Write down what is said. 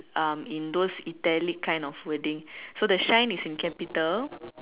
um in those italic kind of wording so the shine is in capital